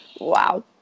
Wow